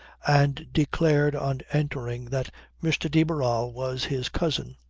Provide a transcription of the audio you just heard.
and declared on entering that mr. de barral was his cousin.